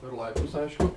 per laiptus aišku